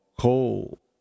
coal